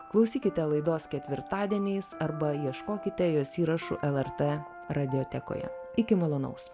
klausykite laidos ketvirtadieniais arba ieškokite jos įrašų lrt radiotekoje iki malonaus